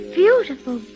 beautiful